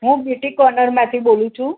હું beauty corner માંથી બોલું છું